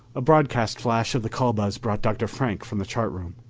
a broadcast flash of the call buzz brought dr. frank from the chart room.